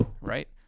Right